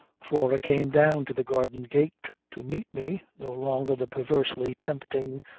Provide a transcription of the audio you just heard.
flora came down to the garden gate to meet me, no longer the perversely tempting,